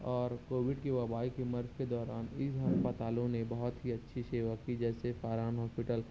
اور کووڈ کی وبائی کی مرض کے دوران اس ہسپتالوں نے بہت ہی اچھی سیوا کی جیسے فاران ہاسپٹل